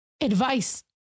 advice